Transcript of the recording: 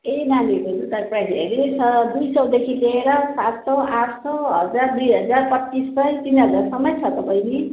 ए नानीहरूको जुत्ताको प्राइज हेरी हेरी छ दुई सयदेखि लिएर सात सय आठ सय हजार दुई हजार पच्चिस सय तिन हजारसम्म छ त बहिनी